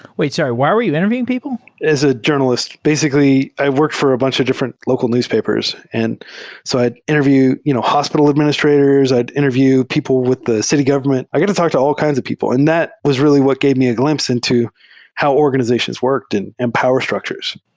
wait. sorry. why are you interview ing people? as a journa list. basically, i work for a bunch of different local newspapers. and so i'd interview you know hospital administrators. i'd interview people with the city government. i get to talk to al l kinds of people, and that was really what gave me a gl impse into how organizations worked and and power structures.